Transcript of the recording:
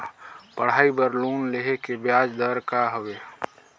पढ़ाई बर लोन लेहे के ब्याज दर का हवे?